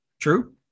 True